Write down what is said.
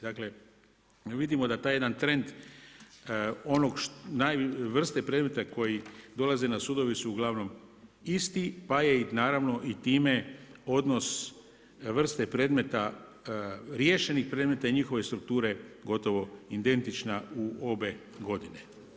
Dakle, evo vidimo da taj jedan trend onog naj, vrste predmeta koji dolaze na sudove su ugl. isti, pa je i naravno i time odnos vrste predmeta, riješenih predmeta i njihove strukture gotovo identična u obe godine.